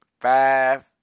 Five